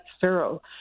thorough